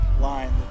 line